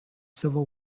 civil